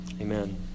Amen